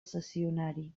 cessionari